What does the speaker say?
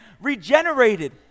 regenerated